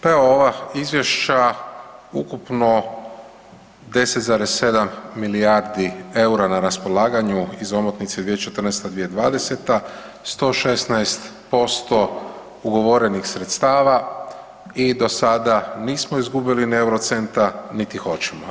Pa evo ova izvješća, ukupno 10,7 milijardi eura na raspolaganju iz omotnice 2014.-2020., 116% ugovorenih sredstava i do sada nismo izgubili ni euro centa niti hoćemo.